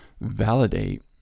validate